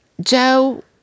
Joe